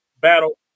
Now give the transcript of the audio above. battle